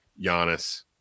Giannis